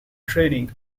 training